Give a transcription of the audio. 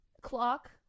clock